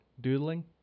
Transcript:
doodling